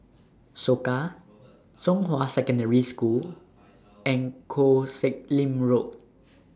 Soka Zhonghua Secondary School and Koh Sek Lim Road